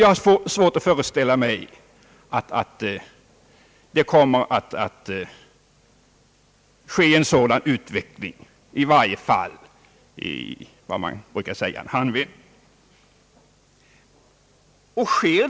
Jag har svårt att föreställa mig att det kommer att ske en sådan utveckling, i varje fall i vad man brukar kalla en handvändning.